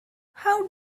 how